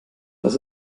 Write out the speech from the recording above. das